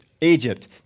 Egypt